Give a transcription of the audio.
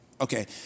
okay